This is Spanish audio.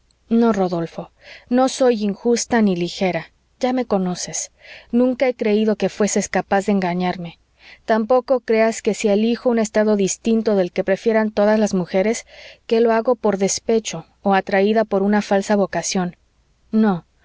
no rodolfo no soy injusta ni ligera ya me conoces nunca he creído que fueses capaz de engañarme tampoco creas si elijo un estado distinto del que prefieren todas las mujeres que lo hago por despecho o atraída por una falsa vocación no